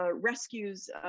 rescues